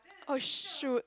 oh shoot